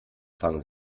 fangen